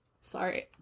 sorry